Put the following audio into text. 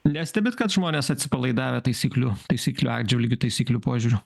nestebit kad žmonės atsipalaidavę taisyklių taisykle atžvilgiu taisyklių požiūriu